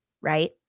right